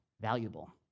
valuable